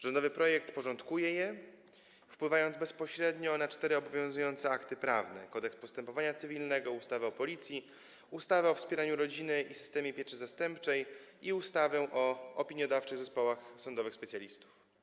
Rządowy projekt porządkuje je, wpływając bezpośrednio na cztery obowiązujące akty prawne: Kodeks postępowania cywilnego, ustawę o Policji, ustawę o wspieraniu rodziny i systemie pieczy zastępczej i ustawę o opiniodawczych zespołach sądowych specjalistów.